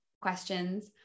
questions